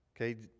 Okay